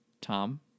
Tom